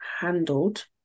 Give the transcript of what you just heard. handled